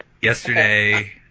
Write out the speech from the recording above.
Yesterday